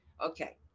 Okay